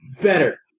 Better